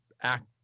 act